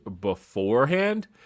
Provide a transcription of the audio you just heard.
beforehand